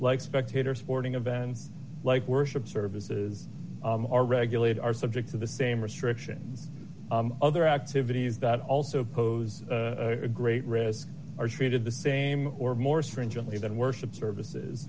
like spectator sporting events like worship services are regulated are subject to the same restrictions other activities that also pose a great risk are treated the same or more stringently than worship services